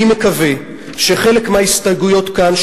אני מקווה שחלק מההסתייגויות כאן,